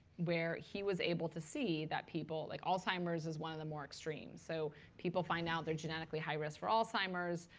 where he was able to see that people like alzheimer's is one of the more extremes. so people find out they're genetically high risk for alzheimer's.